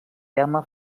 terme